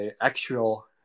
actual